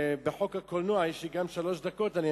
בחוק הקולנוע אמשיך את דברי.